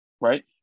right